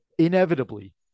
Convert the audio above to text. Inevitably